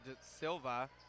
Silva